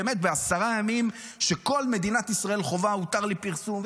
באמת בעשרה ימים שכל מדינת ישראל חווה "הותר לפרסום",